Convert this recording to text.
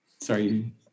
Sorry